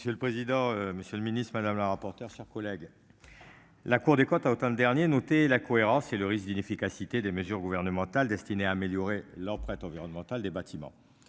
C'est le président. Monsieur le Ministre, Madame la rapporteure, chers collègues. La Cour des comptes a autant le dernier noter la cohérence et le risque d'inefficacité des mesures gouvernementales destinées à améliorer leur prête environnemental des bâtiments.